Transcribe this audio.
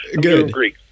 Good